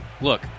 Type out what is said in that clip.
Look